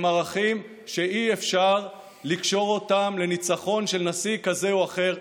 ערכים שאי-אפשר לקשור אותם לניצחון של נשיא כזה או אחר.